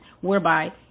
whereby